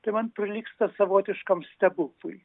tai man prilygsta savotiškam stebuklui